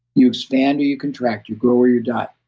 you expand or you contract. you grow or you die.